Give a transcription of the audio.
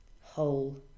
whole